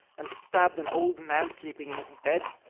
and stabbed an old man sleeping in his bed,